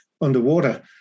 underwater